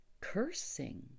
cursing